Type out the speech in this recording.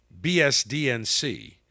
BSDNC